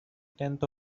tenth